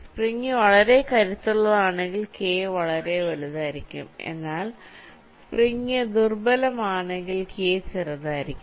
spring വളരെ കരുത്തുള്ളതാണെങ്കിൽ k വളരെ വലുതായിരിക്കും എന്നാൽ സ്പ്രിങ് ദുർബലമാണെങ്കിൽ കെ ചെറുതായിരിക്കും